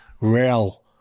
rail